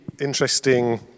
interesting